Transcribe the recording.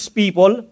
people